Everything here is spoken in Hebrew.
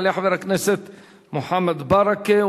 יעלה חבר הכנסת מוחמד ברכה,